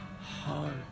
hard